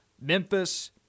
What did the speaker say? Memphis